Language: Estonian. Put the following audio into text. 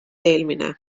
eelmine